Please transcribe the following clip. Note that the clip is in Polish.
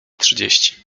trzydzieści